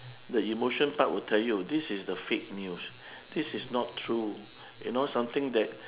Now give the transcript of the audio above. the emotion part will tell you this is the fake news this is not true you know something that